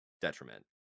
Detriment